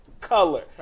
color